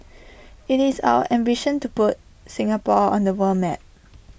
IT is our ambition to put Singapore on the world map